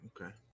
okay